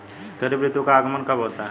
खरीफ ऋतु का आगमन कब होता है?